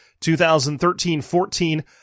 2013-14